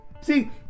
see